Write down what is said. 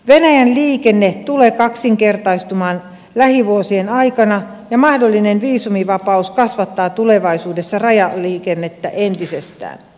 venäjän liikenne tulee kaksinkertaistumaan lähivuosien aikana ja mahdollinen viisumivapaus kasvattaa tulevaisuudessa rajaliikennettä entisestään